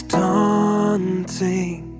daunting